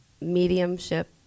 mediumship